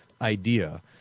idea